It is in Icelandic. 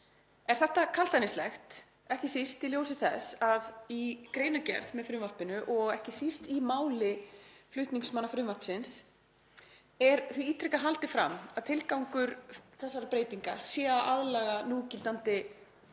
Er þetta kaldhæðnislegt, ekki síst í ljósi þess að í greinargerð með frumvarpinu og ekki síst í máli flutningsmanna frumvarpsins er því ítrekað haldið fram að tilgangur þessara breytinga sé að laga núgildandi löggjöf